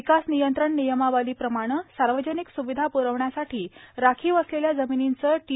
विकास नियंत्रण नियमावलीप्रमाणे सार्वजनिक सुविधा प्रविण्यासाठी राखीव असलेल्या जमिनींचे टी